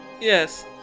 Yes